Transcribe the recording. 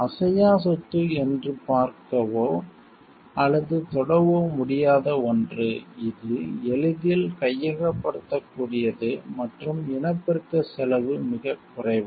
அசையா சொத்து என்பது பார்க்கவோ அல்லது தொடவோ முடியாத ஒன்று இது எளிதில் கையகப்படுத்தக்கூடியது மற்றும் இனப்பெருக்கச் செலவு மிகக் குறைவு